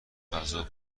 غذا